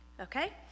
okay